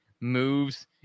moves